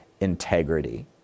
integrity